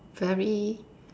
very